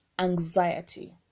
anxiety